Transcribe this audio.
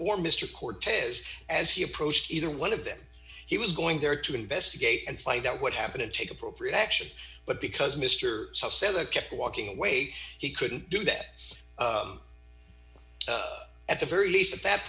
or mr cortez as he approached either one of them he was going there to investigate and find out what happened and take appropriate action but because mr said that kept walking away he couldn't do that at the very least at that